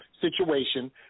situation